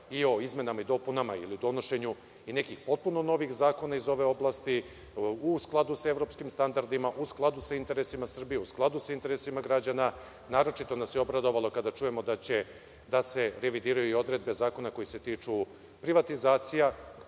i o izmenama i dopunama ili donošenju nekih potpuno novih zakona iz ove oblasti i u skladu sa evropskim standardima, u skladu sa interesima Srbije, u skladu sa interesima građana. Naročito nas je obradovalo kada čujemo da će se revidirati i odredbe zakona koji se tiču privatizacija